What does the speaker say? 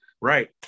Right